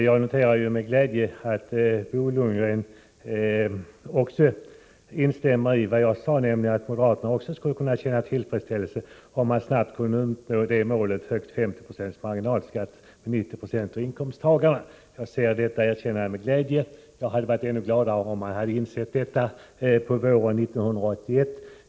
Fru talman! Jag noterar att Bo Lundgren instämmer i vad jag sade, nämligen att moderaterna också skulle kunna känna tillfredsställelse om man snabbt kunde uppnå målet högst 50 26 marginalskatt för 90 96 av inkomsttagarna. Jag noterar detta erkännande med glädje, men jag hade varit ännu gladare om moderaterna hade insett detta redan våren 1981.